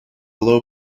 low